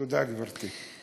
תודה, גברתי.